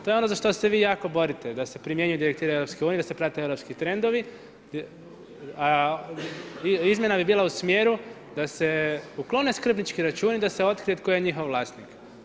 To je ono za što se vi jako borite za se primjenjuje direktive EU da se prate europski trendovi, a izmjena bi bila u smjeru da se uklone skrbnički računi i da se otkrije tko je njihova vlasnik.